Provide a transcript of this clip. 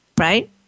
Right